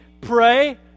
pray